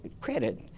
credit